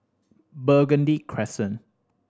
Burgundy Crescent